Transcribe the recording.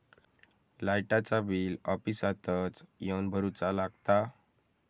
लाईटाचा बिल ऑफिसातच येवन भरुचा लागता?